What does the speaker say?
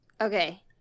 Okay